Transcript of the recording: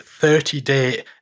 30-day